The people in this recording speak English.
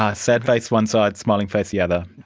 ah sad face one side, smiling face the other.